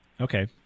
Okay